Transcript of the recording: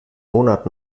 monat